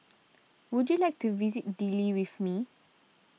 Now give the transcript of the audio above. would you like to visit Dili with me